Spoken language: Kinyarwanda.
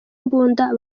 imbunda